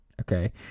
Okay